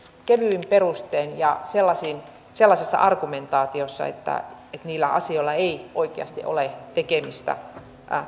kevyin perustein ja sellaisessa argumentaatiossa että niillä asioilla ei oikeasti ole tekemistä